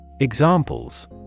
Examples